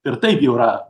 ir taip jau yra